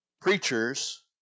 preachers